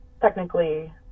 technically